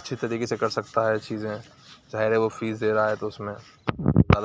اچھے طریقے سے کر سکتا ہے چیزیں ظاہر ہے وہ فیس دے رہا ہے تو اُس میں